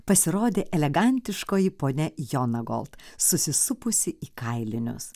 pasirodė elegantiškoji ponia jonagold susisupusi į kailinius